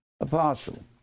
apostle